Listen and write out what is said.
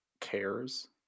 cares